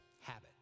habit